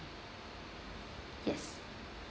yes